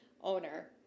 owner